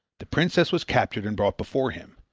the princess was captured and brought before him.